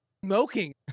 smoking